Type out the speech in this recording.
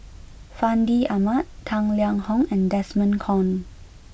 Fandi Ahmad Tang Liang Hong and Desmond Kon